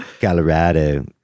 Colorado